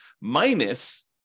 minus